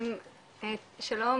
שלום,